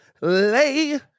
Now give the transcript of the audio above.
lay